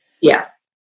Yes